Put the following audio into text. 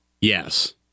Yes